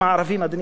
אדוני היושב-ראש,